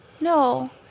No